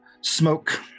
smoke